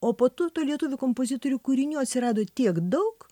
o po to lietuvių kompozitorių kūrinių atsirado tiek daug